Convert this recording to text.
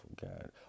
God